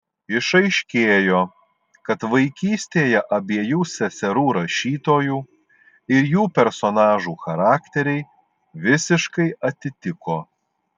išaiškėjo kad vaikystėje abiejų seserų rašytojų ir jų personažų charakteriai visiškai atitiko